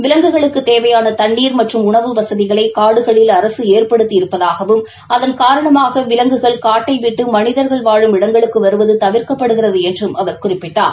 விலங்குகளுக்குத் தேவையான தண்ணீர் மற்றும் உணவு வசதிகளை காடுகளில் அரசு ஏற்படுத்தி இருப்பதாகவும் அதன் காரணமாக விலங்குகள் காட்டைவிட்டு மனிதர்கள் வாழும் இடங்களுக்கு வருவது தவிர்க்கப்படுகிறது என்றும் அவர் குறிப்பிட்டார்